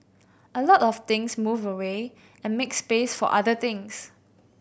a lot of things move away and make space for other things